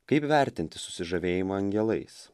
kaip vertinti susižavėjimą angelais